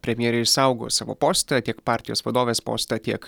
premjerė išsaugojo savo postą tiek partijos vadovės postą tiek